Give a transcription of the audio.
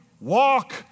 Walk